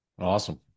Awesome